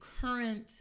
current